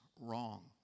wrong